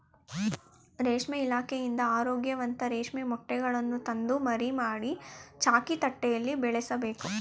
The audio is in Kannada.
ರೇಷ್ಮೆ ಇಲಾಖೆಯಿಂದ ಆರೋಗ್ಯವಂತ ರೇಷ್ಮೆ ಮೊಟ್ಟೆಗಳನ್ನು ತಂದು ಮರಿ ಮಾಡಿ, ಚಾಕಿ ತಟ್ಟೆಯಲ್ಲಿ ಬೆಳೆಸಬೇಕು